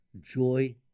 joy